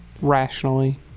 rationally